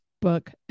book